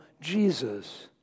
Jesus